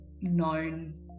known